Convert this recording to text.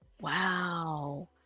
Wow